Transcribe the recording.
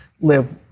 Live